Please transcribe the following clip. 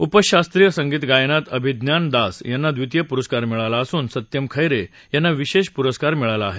उपशास्त्रीय संगीत गायनात अभिज्ञान दास यांना व्वितीय पुरस्कार मिळला असून सत्यम खैरे यांना विशेष पुरस्कार मिळाला आहे